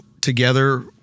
together